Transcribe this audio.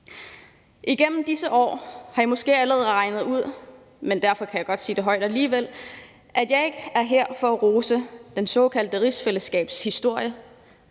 Igennem disse år – det har I måske allerede regnet ud, men derfor kan jeg godt sige det højt alligevel – er jeg ikke her for at rose det såkaldte rigsfællesskabs historie.